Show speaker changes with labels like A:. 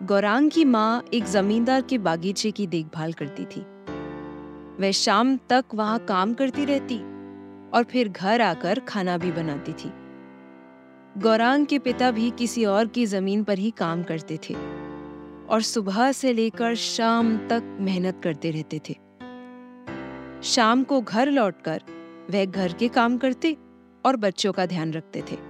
A: गौरांग की माँ एक जमींदार के बागीचे की देखभाल करती थी। वह शाम तक वहाँ काम करती रहती और फिर घर आकर खाना भी बनाती थी। गौरांग के पिता भी किसी और की जमीन पर ही काम करते थे और सुबह से लेकर शाम तक मेहनत करते रहते थे। शाम को घर लौटकर वह घर के काम करते और बच्चों का ध्यान रखते थे।